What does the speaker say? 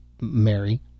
Mary